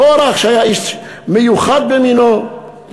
קורח, שהיה איש מיוחד במינו,